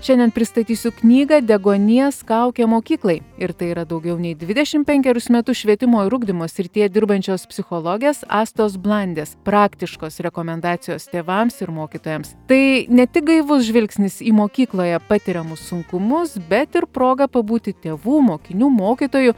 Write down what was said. šiandien pristatysiu knygą deguonies kaukė mokyklai ir tai yra daugiau nei dvidešim penkerius metus švietimo ir ugdymo srityje dirbančios psichologės astos blandės praktiškos rekomendacijos tėvams ir mokytojams tai ne tik gaivus žvilgsnis į mokykloje patiriamus sunkumus bet ir proga pabūti tėvų mokinių mokytojų